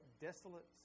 desolate